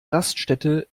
raststätte